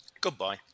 goodbye